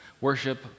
worship